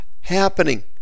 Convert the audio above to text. happening